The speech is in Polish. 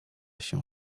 się